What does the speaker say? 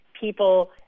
people